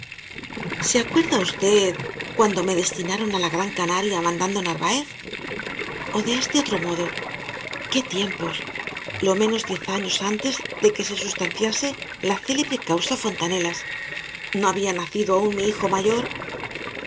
se acuerda v cuando me destinaron á la gran canaria mandando narváez o de este otro modo que tiempos lo menos diez años antes que se sustanciase la célebre causa fontanelas aún no había nacido mi hijo mayor